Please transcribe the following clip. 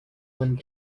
when